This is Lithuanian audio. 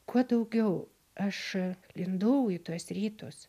kuo daugiau aš lindau į tuos rytus